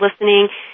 listening